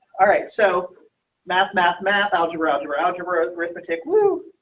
alright so math math math algebra. algebra algebra arithmetic. whoo.